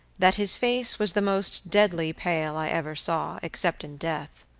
that his face was the most deadly pale i ever saw, except in death.